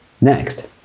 Next